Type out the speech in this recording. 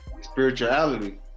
spirituality